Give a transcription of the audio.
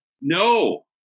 No